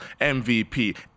MVP